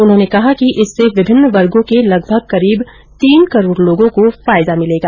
उन्होंने कहा कि इससे विभिन्न वर्गो के लगभग करीब तीन करोड लोगो को फायदा मिलेगा